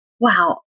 wow